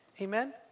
Amen